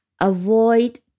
Avoid